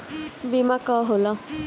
बीमा का होला?